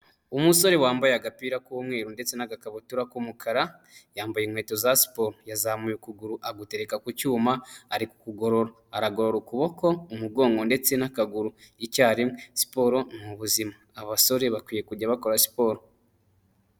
Umusore wambaye agapira k'umweru ndetse n'agakabutura k'umukara, yambaye inkweto za siporo. Yazamuye ukuguru agutereka ku cyuma, ari kukugorora. Aragorora ukuboko, umugongo, ndetse n'akaguru icyarimwe. Siporo ni ubuzima. Abasore bakwiye kujya bakora siporo.